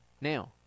Now